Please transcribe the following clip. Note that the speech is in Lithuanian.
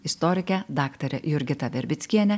istorike daktare jurgita verbickiene